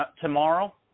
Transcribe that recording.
tomorrow